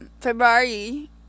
February